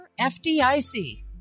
FDIC